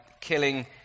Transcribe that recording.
killing